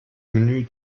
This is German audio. menü